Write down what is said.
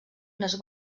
unes